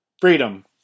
Freedom